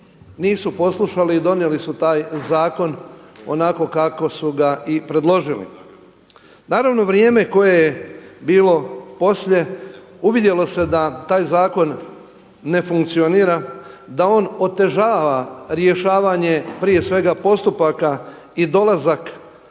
nisu poslušali i donijeli su taj zakon onako kako su ga i predložili. Naravno vrijeme koje je bilo poslije uvidjelo se da taj zakon ne funkcionira, da on otežava rješavanje prije svega postupaka i dolazak